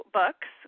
books